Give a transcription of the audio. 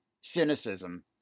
cynicism